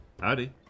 Howdy